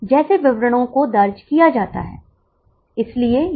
मुझे लगता है कि यह आधारित है क्या कुछ छूट गया है